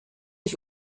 ich